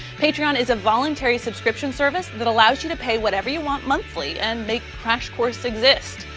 patreon is a voluntary subscription service that allows you to pay whatever you want monthly and make crash course exist.